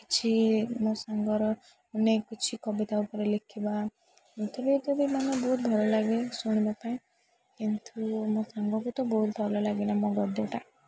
କିଛି ମୋ ସାଙ୍ଗର ଅନେକ କିଛି କବିତା ଉପରେ ଲେଖିବା ଏମିତି ବି ମାନେ ବହୁତ ଭଲ ଲାଗେ ଶୁଣିବା ପାଇଁ କିନ୍ତୁ ମୋ ସାଙ୍ଗକୁ ତ ବହୁତ ଭଲ ଲାଗେନା ମୋ ଗଦ୍ୟଟା